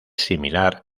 similar